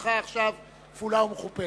זכותך עכשיו כפולה ומכופלת.